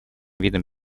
видом